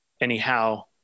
anyhow